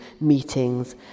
meetings